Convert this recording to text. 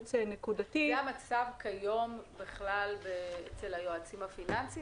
ייעוץ נקודתי --- זה המצב כיום אצל היועצים הפיננסיים?